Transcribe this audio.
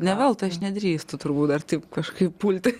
ne veltui aš nedrįstu turbūt dar taip kažkaip pulti